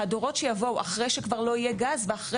הדורות שיבואו אחרי שכבר לא יהיה גז ואחרי